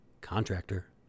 contractor